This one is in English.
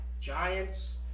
Giants